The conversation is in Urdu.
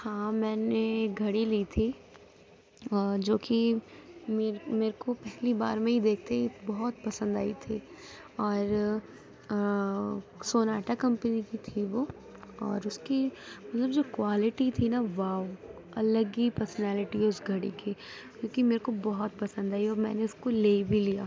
ہاں میں نے ایک گھڑی لی تھی اور جو کہ میر میرے کو پہلی بار میں ہی دیکھتے ہی بہت پسند آئی تھی اور سوناٹا كمپنی كی تھی وہ اور اُس كی وہ جو كوالٹی تھی نا واؤ الگ ہی پرسنلیٹی ہے اُس گھڑی كی كیوںكہ میرے كو وہ بہت پسند آئی اور میں نے اُس كو لے بھی لیا